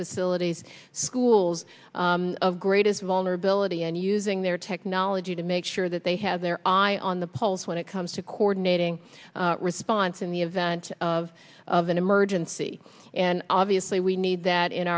facilities schools of greatest vulnerability and using their technology to make sure that they have their eye on the pulse when it comes to coordinating response in the event of of an emergency and obviously we need that in